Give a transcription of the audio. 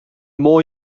more